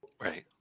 right